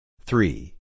Three